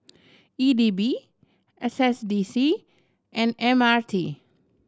E D B S S D C and M R T